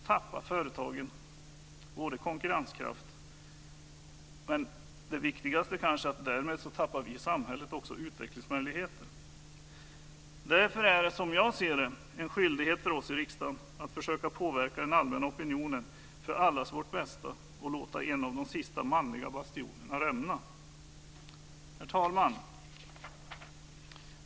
Men det viktigaste är kanske att vi i samhället därmed också förlorar utvecklingsmöjligheter. Därför är det, som jag ser det, en skyldighet för oss i riksdagen att försöka påverka den allmänna opinionen för allas vårt bästa och låta en av de sista manliga bastionerna rämna. Herr talman!